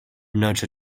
notre